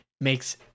Makes